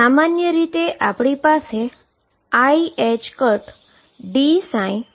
સામાન્ય રીતે આપણી પાસે iℏdψdtH છે